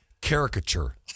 caricature